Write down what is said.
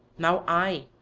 now i,